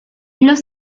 los